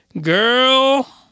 girl